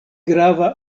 grava